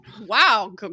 wow